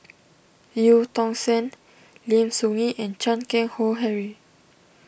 Eu Tong Sen Lim Soo Ngee and Chan Keng Howe Harry